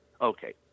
Okay